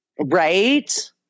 right